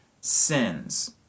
sins